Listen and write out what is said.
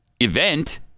event